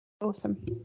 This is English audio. Awesome